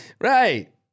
Right